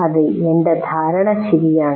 അതെ എൻ്റെ ധാരണ ശരിയാണ്